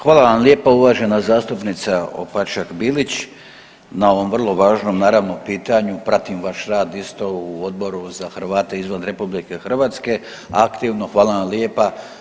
Hvala vam lijepa uvažena zastupnica Opačak Bilić na ovom vrlo važnom naravno pitanju, pratim vaš rad isto u Odboru za Hrvate izvan iz RH, aktivno, hvala vam lijepa.